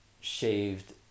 shaved